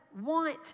want